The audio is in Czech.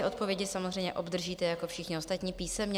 Odpovědi samozřejmě obdržíte jako všichni ostatní písemně.